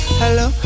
hello